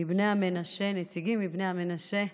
נציגים מבני המנשה,